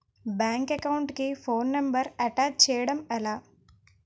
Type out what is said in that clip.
Bank account కి phone number attach చేయడం ఎలా?